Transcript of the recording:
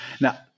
Now